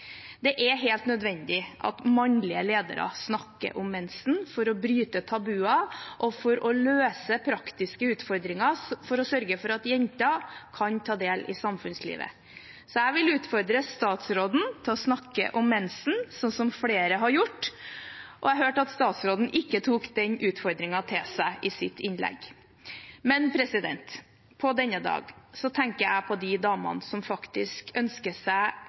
Det er helt nødvendig at mannlige ledere snakker om mensen for å bryte tabuer, for å løse praktiske utfordringer og for å sørge for at jenter kan ta del i samfunnslivet. Jeg vil utfordre statsråden til å snakke om mensen, som flere har gjort – jeg hørte at statsråden ikke tok den utfordringen til seg i sitt innlegg. Men på denne dag tenker jeg på de damene som faktisk ønsker seg